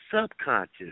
subconscious